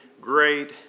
Great